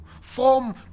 Form